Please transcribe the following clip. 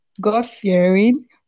God-fearing